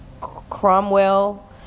Cromwell